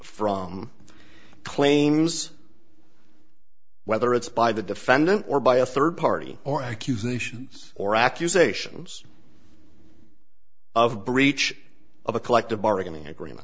from claims whether it's by the defendant or by a third party or accusations or accusations of breach of a collective bargaining agreement